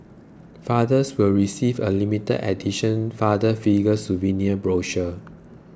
fathers will receive a limited edition Father Figures souvenir brochure